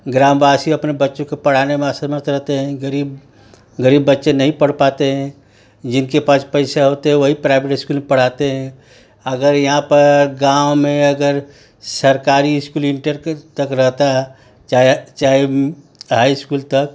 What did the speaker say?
ग्रामवासी अपने बच्चों को पढ़ाने में असमर्थ रहते हैं गरीब गरीब बच्चे नहीं पढ़ पाते हैं जिनके पास पैसा होते हैं वही प्राइवेट इस्कूल में पढ़ाते हैं अगर यहाँ पर गाँव में अगर सरकारी इस्कूल इंटर केर तक रहता चाहे चाहे हाई इस्कूल तक